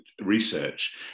research